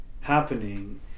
happening